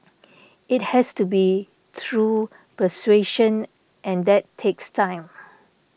it has to be through persuasion and that takes time